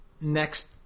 next